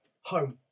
home